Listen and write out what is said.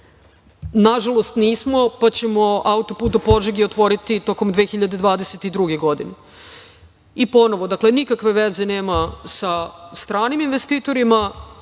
Nažalost, nismo, pa ćemo auto-put do Požege otvoriti tokom 2022. godine.I, ponovo, dakle, nikakve veze nema sa stranim investitorima,